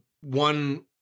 one